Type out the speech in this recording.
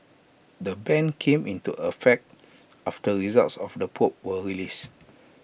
the ban came into effect after results of the probe were released